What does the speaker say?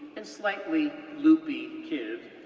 and slightly loopy kid,